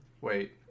wait